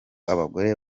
abagore